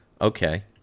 Okay